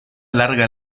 larga